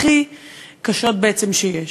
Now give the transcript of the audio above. הכי קשות שיש.